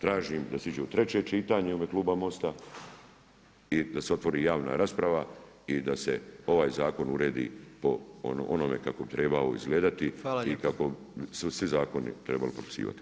Tražim da se iđe u treće čitanje u ime kluba MOST-a i da se otvori javna rasprava i da se ovaj zakon uredi po onome kako bi trebao izgledati [[Upadica predsjednik: Hvala lijepo.]] i kako bi se svi zakoni trebali propisivati.